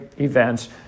events